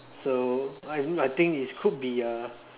so I mean I think is could be uh